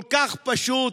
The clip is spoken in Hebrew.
כל כך פשוט,